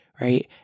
right